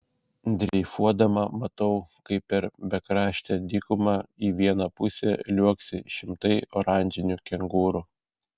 dreifuodama matau kaip per bekraštę dykumą į vieną pusę liuoksi šimtai oranžinių kengūrų